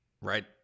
right